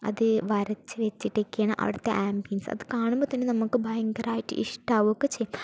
അത് വരച്ച് വച്ചിട്ടൊക്കെയാണ് അവിടത്തെ ആമ്പിയൻസ് അത് കാണുമ്പോൾ തന്നെ നമ്മൾക്ക് ഭയങ്കരമായിട്ട് ഇഷ്ടമാവുകയൊക്കെ ചെയ്യും